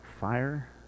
fire